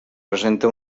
presenta